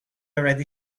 already